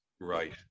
Right